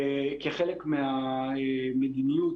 כחלק מהמדיניות,